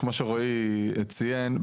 כמו שרואי ציין,